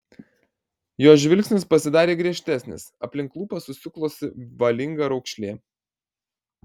jo žvilgsnis pasidarė griežtesnis aplink lūpas susiklosi valinga raukšlė